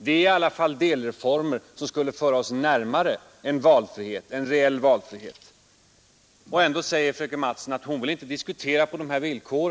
Det är i alla fall delreformer som skulle föra oss närmare en reell valfrihet. Ändå säger fröken Mattson att hon inte vill diskutera på dessa villkor.